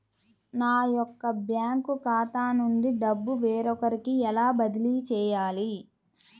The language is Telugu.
నా యొక్క బ్యాంకు ఖాతా నుండి డబ్బు వేరొకరికి ఎలా బదిలీ చేయాలి?